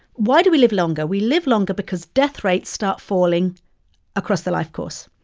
why do we live longer? we live longer because death rates start falling across the life course.